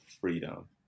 freedom